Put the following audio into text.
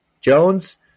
Jones